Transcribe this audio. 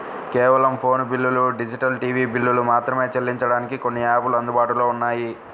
కేవలం ఫోను బిల్లులు, digital TV బిల్లులు మాత్రమే చెల్లించడానికి కొన్ని యాపులు అందుబాటులో ఉన్నాయి